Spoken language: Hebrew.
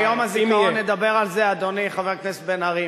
ביום הזיכרון נדבר על זה, אדוני חבר הכנסת בן-ארי.